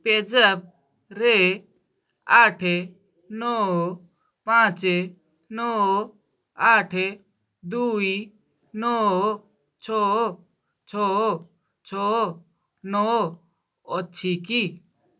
ପେଜାପରେ ଆଠ ନଅ ପାଞ୍ଚ ନଅ ଆଠ ଦୁଇ ନଅ ଛଅ ଛଅ ଛଅ ନଅ ଅଛି କି